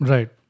Right